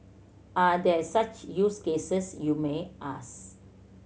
are there such use cases you may ask